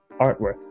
artwork